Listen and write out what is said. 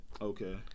Okay